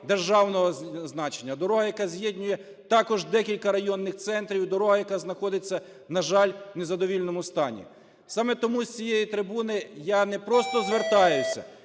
державного значення, дорога, яка з'єднує також декілька районних центрів, і дорога, яка знаходиться, на жаль, в незадовільному стані. Саме тому з цієї трибуни я не просто звертаюся,